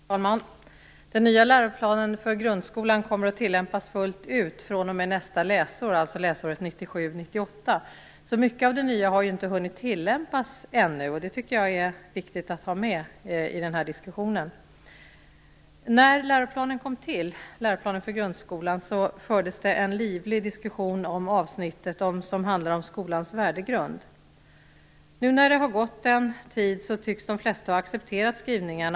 Fru talman! Den nya läroplanen för grundskolan kommer att tillämpas fullt ut fr.o.m. nästa läsår, alltså läsåret 1997/98, så mycket av det nya har ännu inte tillämpats. Jag tycker att det är viktigt att ha med detta i den här diskussionen. Då läroplanen för grundskolan kom till fördes det en livlig diskussion om det avsnitt som handlar om skolans värdegrund. Nu när det gått en tid tycks de flesta ha accepterat skrivningarna.